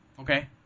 Okay